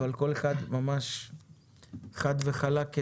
אבל כל אחד ממש חד וחלק,